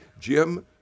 Jim